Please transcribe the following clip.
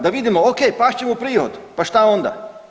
Da vidimo ok, past će mu prihod, pa šta onda.